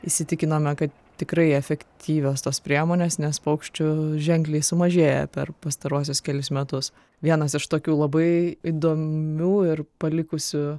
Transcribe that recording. įsitikinome kad tikrai efektyvios tos priemonės nes paukščių ženkliai sumažėja per pastaruosius kelis metus vienas iš tokių labai įdomių ir palikusių